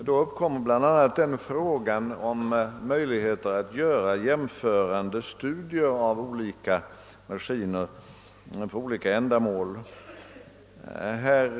Det är klart att frågan om möjligheterna att göra jämförande studier av olika maskiner för olika ändamål då uppkommer.